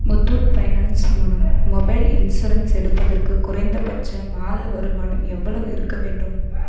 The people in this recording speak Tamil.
முத்தூட் ஃபைனான்ஸ் மூலம் மொபைல் இன்சூரன்ஸ் எடுப்பதற்கு குறைந்தபட்சம் மாத வருமானம் எவ்வளவு இருக்க வேண்டும்